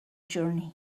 journey